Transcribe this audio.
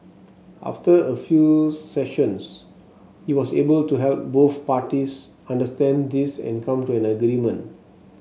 after a few sessions he was able to help both parties understand this and come to an agreement